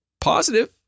positive